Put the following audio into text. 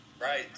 Right